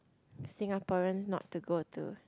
Singaporeans not to go to